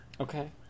Okay